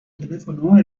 telefonoa